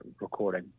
recording